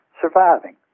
surviving